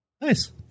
Nice